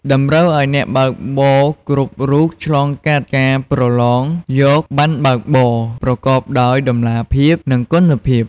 តម្រូវឱ្យអ្នកបើកបរគ្រប់រូបឆ្លងកាត់ការប្រឡងយកបណ្ណបើកបរប្រកបដោយតម្លាភាព និងគុណភាព។